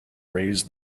raise